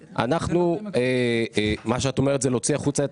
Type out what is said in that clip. אנחנו מה שאת אומרת זה להוציא החוצה את